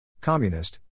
Communist